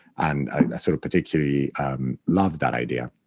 and i sort of particularly love that idea.